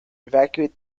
evacuate